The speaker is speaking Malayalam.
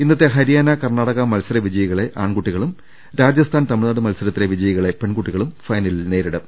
ഇന്നത്തെ ഹരിയാന കർണാടക മത്സര വിജയികളെ ആൺകുട്ടികളും രാജസ്ഥാൻ തമിഴ്നാട് മത്സരത്തിലെ വിജയികളെ പെൺകുട്ടികളും ഫൈനലിൽ നേരിടും